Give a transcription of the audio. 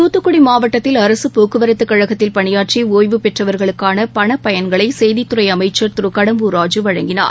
தூத்துக்குடி மாவட்டத்தில் அரசுப் போக்குவரத்துக் கழகத்தில் பணியாற்றி ஒய்வு பெற்றவர்களுக்கான பணப் பயன்களை செய்தித்துறை அமைச்சர் திரு கடம்பூர் ராஜூ வழங்கினார்